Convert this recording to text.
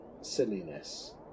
silliness